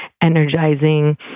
energizing